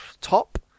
top